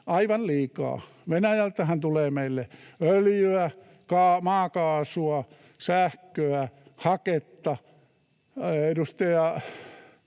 aivan liikaa. Venäjältähän tulee meille öljyä, maakaasua, sähköä, haketta, edustaja